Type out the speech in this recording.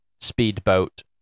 speedboat